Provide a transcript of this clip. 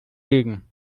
legen